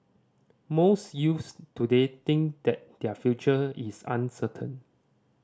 most youths today think that their future is uncertain